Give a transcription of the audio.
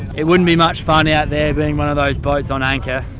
it wouldn't be much fun out there being one of those boats on anchor.